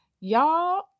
y'all